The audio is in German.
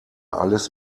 alles